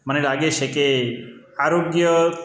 મને લાગે છે કે આરોગ્ય